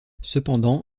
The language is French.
cependant